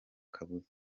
kabuza